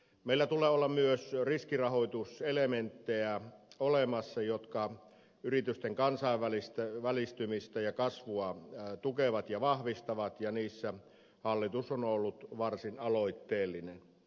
meillä tulee olla olemassa myös riskirahoituselementtejä jotka yritysten kansainvälistymistä ja kasvua tukevat ja vahvistavat ja niissä hallitus on ollut varsin aloitteellinen